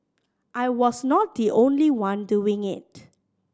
I was not the only one doing it